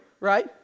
right